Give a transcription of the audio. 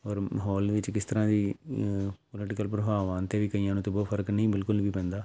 ਔਰ ਮਾਹੌਲ ਵਿੱਚ ਕਿਸ ਤਰ੍ਹਾਂ ਦੀ ਪੋਲੀਟੀਕਲ ਪ੍ਰਭਾਵ ਆਉਣ 'ਤੇ ਵੀ ਕਈਆਂ ਨੂੰ ਤਾਂ ਬਹੁਤ ਫ਼ਰਕ ਨਹੀਂ ਬਿਲਕੁਲ ਵੀ ਪੈਂਦਾ